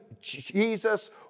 Jesus